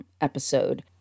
episode